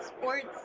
sports